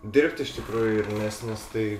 dirbt iš tikrųjų nes nes tai